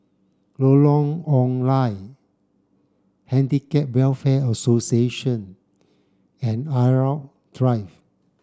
Lorong Ong Lye Handicap Welfare Association and Irau Drive